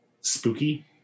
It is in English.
spooky